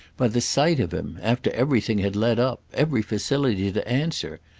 by the sight of him after everything had led up every facility to answer?